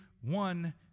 one